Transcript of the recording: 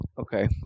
Okay